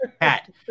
hat